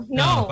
no